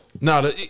No